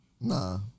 Nah